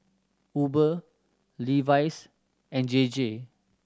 Uber Levi's and J J